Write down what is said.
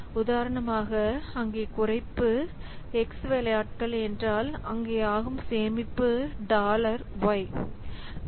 உதாரணமாக அங்கே குறைப்பு x வேலையாட்கள் என்றால் அங்கே ஆகும் சேமிப்பு டாலர் y